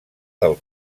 del